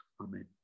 Amen